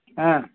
ಹಾಂ